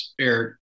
Eric